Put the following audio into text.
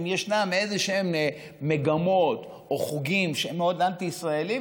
אם ישנן איזשהן מגמות או חוגים שהם מאוד אנטי-ישראליים,